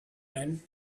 men